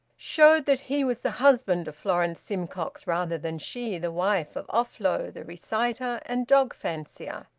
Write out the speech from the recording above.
showed that he was the husband of florence simcox rather than she the wife of offlow the reciter and dog-fancier.